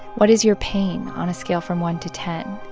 what is your pain on a scale from one to ten?